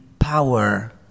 Power